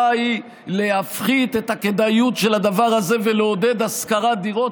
היא להפחית את הכדאיות של הדבר הזה ולעודד השכרת דירות,